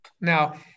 Now